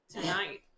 tonight